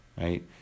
right